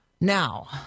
Now